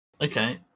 Okay